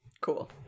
Cool